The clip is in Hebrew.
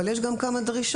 אבל יש גם כמה דרישות,